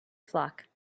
flock